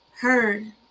heard